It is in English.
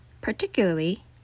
particularly